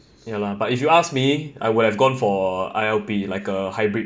ya lah but if you ask me I would have gone for I_L_P like a hybrid